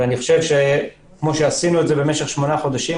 ואני חושב שכמו שעשינו את זה במשך שמונה חודשים,